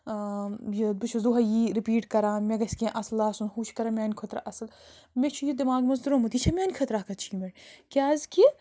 یہِ بہٕ چھُس دۄہَے یی رِپیٖٹ کَران مےٚ گژھِ کیٚنٛہہ اَصٕل آسُن ہُہ چھُ کَران میٛانہِ خٲطرٕ اَصٕل مےٚ چھُ یہِ دٮ۪ماغ منٛز ترٛومُت یہِ چھےٚ میٛانہِ خٲطرٕ اَکھ أچیٖومٮ۪نٛٹ کیٛازِکہِ